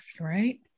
Right